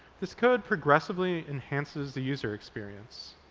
this code progressively enhances the user experience,